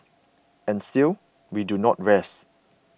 and still we do not rest